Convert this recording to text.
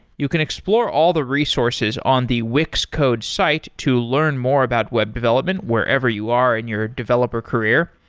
you can explore all the resources on the wix code's site to learn more about web development wherever you are in your developer career.